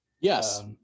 Yes